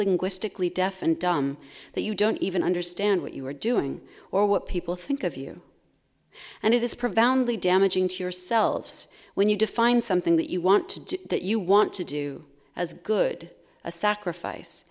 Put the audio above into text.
linguistically deaf and dumb that you don't even understand what you are doing or what people think of you and it is preval really damaging to yourselves when you define something that you want to do that you want to do as good a sacrifice